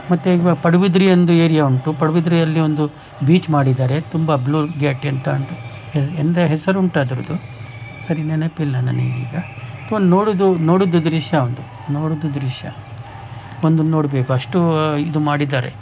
ಮತ್ತೆ ಈಗ ಪಡುಬಿದ್ರಿ ಒಂದು ಏರಿಯ ಉಂಟು ಪಡುಬಿದ್ರೆಯಲ್ಲಿ ಒಂದು ಬೀಚ್ ಮಾಡಿದ್ದಾರೆ ತುಂಬ ಬ್ಲೂ ಗೇಟ್ ಎಂತ ಅಂತ ಹೆಸ್ ಎಂತ ಹೆಸ್ರುಂಟು ಅದರದ್ದು ಸರಿ ನೆನಪಿಲ್ಲ ನನಗೀಗ ಒಂದು ನೋಡೋದು ನೋಡೋದು ದೃಶ್ಯ ಉಂಟು ನೋಡೋದು ದೃಶ್ಯ ಬಂದು ನೋಡಬೇಕು ಅಷ್ಟೂ ಇದು ಮಾಡಿದ್ದಾರೆ